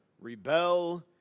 rebel